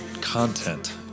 content